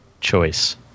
choice